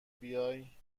بیای